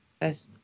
first